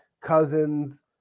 Cousins